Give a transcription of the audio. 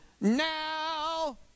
Now